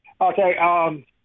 okay